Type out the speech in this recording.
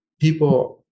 people